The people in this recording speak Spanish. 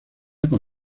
con